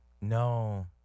No